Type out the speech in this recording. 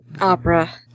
Opera